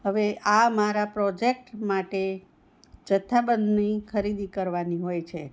હવે આ મારા પ્રોજેક્ટ માટે જથ્થાબંધની ખરીદી કરવાની હોય છે